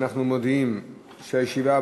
אנחנו מודיעים שהישיבה